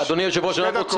אדוני היושב-ראש,